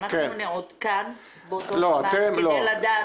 אנחנו נעודכן באותו זמן כדי לדעת?